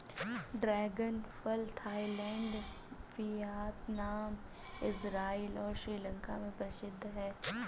dragon फल Thailand, Vietnam, Israel और श्रीलंका में प्रसिद्ध है